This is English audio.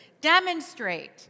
demonstrate